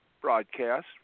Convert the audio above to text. broadcast